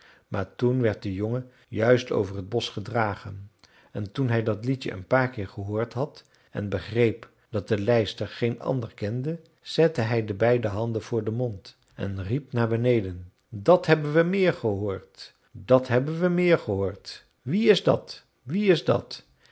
maar toen werd de jongen juist over t bosch gedragen en toen hij dat liedje een paar keer gehoord had en begreep dat de lijster geen ander kende zette hij de beide handen voor den mond en riep naar beneden dat hebben we meer gehoord dat hebben we meer gehoord wie is dat wie is dat